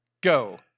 go